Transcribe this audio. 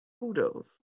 kudos